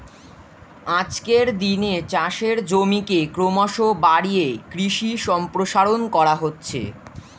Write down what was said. আজকের দিনে চাষের জমিকে ক্রমশ বাড়িয়ে কৃষি সম্প্রসারণ করা হচ্ছে